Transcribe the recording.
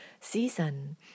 season